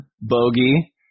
Bogey